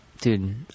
Dude